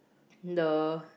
the